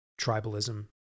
tribalism